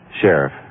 Sheriff